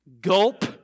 Gulp